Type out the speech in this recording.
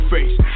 Face